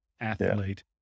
athlete